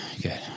Good